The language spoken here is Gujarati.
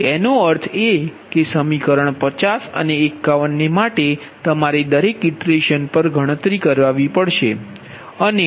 એનો અર્થ એ કે સમીકરણ 50 અને 51 ને માટે તમારે દરેક ઇટરેશન પર ગણતરી કરાવી પડશે અને